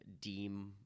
deem